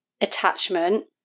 attachment